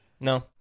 No